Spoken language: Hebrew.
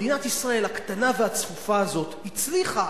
מדינת ישראל הקטנה והצפופה הזאת הצליחה,